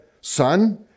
Son